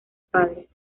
padres